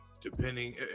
depending